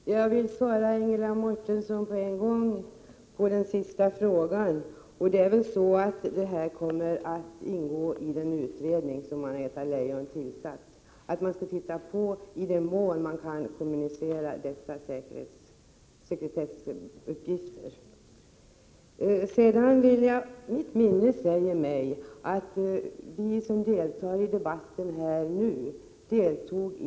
Fru talman! Jag vill svara Ingela Mårtensson på en gång på den sista frågan. Det kommer att ingå i den utredning som Anna-Greta Leijon har tillsatt att man skall se över i vilken mån man kan kommunicera dessa sekretessbelagda uppgifter. Mitt minne säger mig att vi som deltar i debatten här också deltog i Prot.